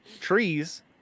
Trees